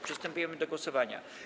Przystępujemy do głosowania.